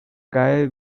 caer